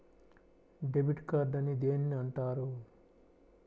Debit card అని దేనిని అంటారు?